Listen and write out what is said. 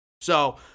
So-